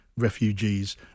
refugees